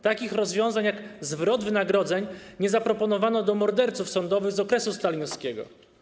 Takich rozwiązań jak zwrot wynagrodzeń nie zaproponowano w odniesieniu do morderców sądowych z okresu stalinowskiego.